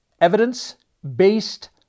Evidence-Based